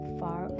far